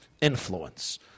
influence